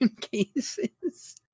cases